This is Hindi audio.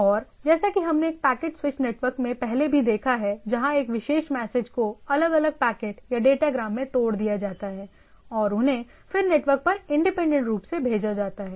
और जैसा कि हमने एक पैकेट स्विच्ड नेटवर्क में पहले भी देखा है जहाँ एक विशेष मैसेज को अलग अलग पैकेट या डेटाग्राम में तोड़ दिया जाता है और उन्हें फिर नेटवर्क पर इंडिपेंडेंट रूप से भेजा जाता है